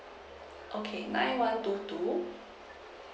okay nine one two two